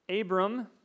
Abram